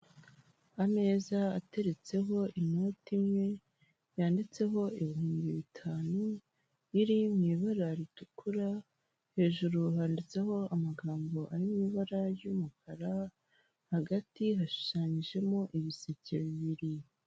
Ameza ateretseho inoti imwe yanditseho ibihumbi bitanu, biri mu ibara ritukura, hejuru handitseho amagambo ari mu ibara ry'umukara, hagati hashushanyijemo ibiseke bibiri.